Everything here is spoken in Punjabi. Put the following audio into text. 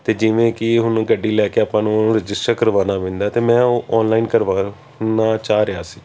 ਅਤੇ ਜਿਵੇਂ ਕਿ ਹੁਣ ਗੱਡੀ ਲੈ ਕੇ ਆਪਾਂ ਨੂੰ ਰਜਿਸਟਰ ਕਰਵਾਉਣਾ ਪੈਂਦਾ ਅਤੇ ਮੈਂ ਓਨਲਾਈਨ ਕਰਵਾਵਾਉਣਾ ਚਾਅ ਰਿਹਾ ਸੀ